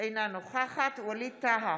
אינה נוכחת ווליד טאהא,